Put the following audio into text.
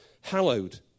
Hallowed